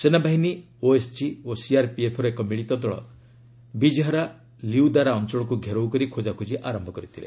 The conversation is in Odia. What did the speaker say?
ସେନାବାହିନୀ ଏସ୍ଓଜି ଓ ସିଆର୍ପିଏଫ୍ର ଏକ ମିଳିତ ଦଳ ବିଜ୍ହାରା ଲିଉଦାରା ଅଞ୍ଚଳକୁ ଘେରାଉ କରି ଖୋଜାଖୋଜି ଆରମ୍ଭ କରିଥିଲେ